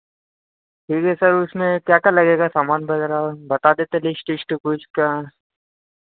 ठीक है सर उसमें क्या क्या लगेगा सामान वगैरह बता देते लिस्ट उस्ट कुछ का